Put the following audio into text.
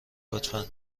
لطفا